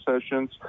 sessions